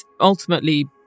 ultimately